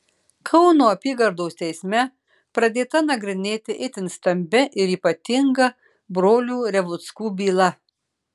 kauno apygardos teisme pradėta nagrinėti itin stambi ir ypatinga brolių revuckų byla